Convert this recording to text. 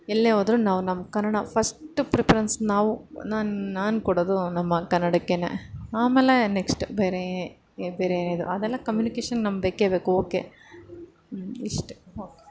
ಎಲ್ಲೇ ಹೋದ್ರು ನಾವು ನಮ್ಮ ಕನ್ನಡ ಫಸ್ಟ್ ಪ್ರಿಫರೆನ್ಸ್ ನಾವು ನಾನು ಕೊಡೋದು ನಮ್ಮ ಕನಡೆಕ್ಕೇನೆ ಆಮೇಲೆ ನೆಕ್ಶ್ಟ್ ಬೇರೆ ಏ ಬೇರೆ ಏನಿದೆಯೋ ಅದೆಲ್ಲ ಕಮ್ಯುನಿಕೇಷನ್ಗೆ ನಮ್ಗೆ ಬೇಕೆ ಬೇಕು ಓಕೆ ಇಷ್ಟೆ ಓಕೆ